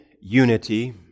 unity